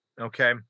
okay